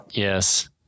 Yes